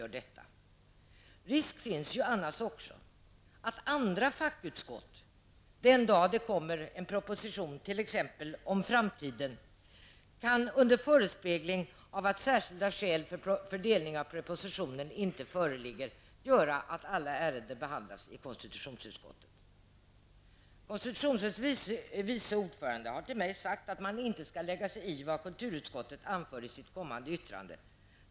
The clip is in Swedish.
Risk finns annars att konstitutionsutskottet, den dag det läggs fram en proposition om framtiden inom de andra utskottens fackområden, under förespegling att särskilda skäl för delning av propositionen inte föreligger själv behandlar alla ärenden. Konstitutionsutskottets vice ordförande har till mig sagt att man inte alls skall lägga sig i vad kulturutskottet anför i sitt kommande yttrande.